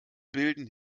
bilden